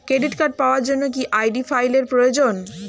Credit card পাওয়ার জন্য কি আই.ডি ফাইল এর প্রয়োজন?